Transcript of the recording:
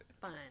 fun